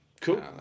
Cool